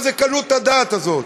מה זאת קלות הדעת הזאת?